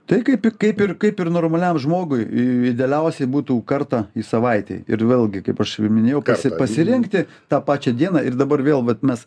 tai kaip ir kaip ir kaip ir normaliam žmogui idealiausiai būtų kartą į savaitę ir vėlgi kaip aš ir minėjau pasi pasirinkti tą pačią dieną ir dabar vėl vat mes